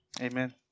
Amen